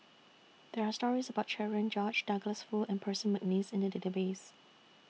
There Are stories about Cherian George Douglas Foo and Percy Mcneice in The Database